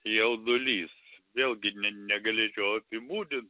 jaudulys vėlgi ne negalėčiau apibūdint